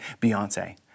Beyonce